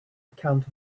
account